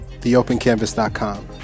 theopencanvas.com